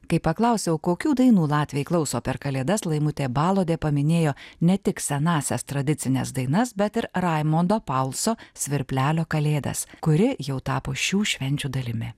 kai paklausiau kokių dainų latviai klauso per kalėdas laimutė balodė paminėjo ne tik senąsias tradicines dainas bet ir raimundo paulso svirplelio kalėdas kuri jau tapo šių švenčių dalimi